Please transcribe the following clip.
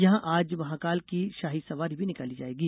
यहां आज महाकाल की शाही सवारी भी निकाली जायेगी